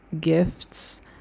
gifts